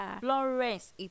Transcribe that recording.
Florence